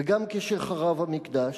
וגם כשחרב המקדש,